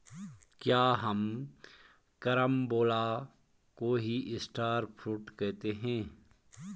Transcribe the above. क्या हम कैरम्बोला को ही स्टार फ्रूट कहते हैं?